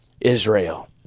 israel